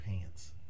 Pants